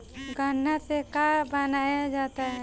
गान्ना से का बनाया जाता है?